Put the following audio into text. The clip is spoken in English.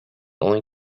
only